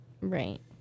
Right